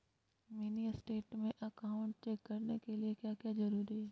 Mini state में account check करने के लिए क्या क्या जरूरी है?